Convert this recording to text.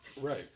Right